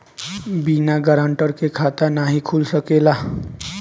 बिना गारंटर के खाता नाहीं खुल सकेला?